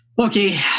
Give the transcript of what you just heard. okay